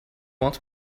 want